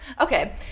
Okay